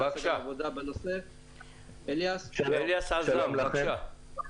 אליאס עזאם, בבקשה.